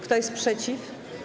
Kto jest przeciw?